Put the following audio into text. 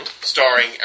starring